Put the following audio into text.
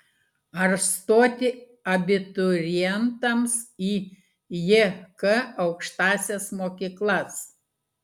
ar stoti abiturientams į jk aukštąsias mokyklas